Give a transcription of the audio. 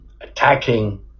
attacking